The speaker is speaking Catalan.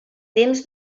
temps